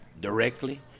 directly